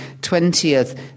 20th